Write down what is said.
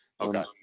Okay